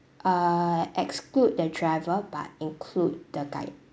uh exclude the driver but include the guide